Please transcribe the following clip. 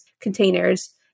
containers